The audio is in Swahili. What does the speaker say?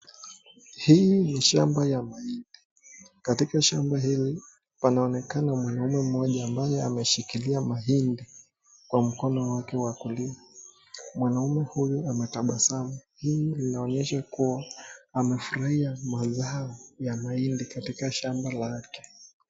Hii ni shamba ya mahindi, katika shamba hili panaonekana mwanaume moja ambaye ameshikilia mahindi kwa mkono wake wa kulia, mwanaume huyu ametabasamu, hii inaonyesha kuwa amefurahia mazao ya mahindi katika shamba lake.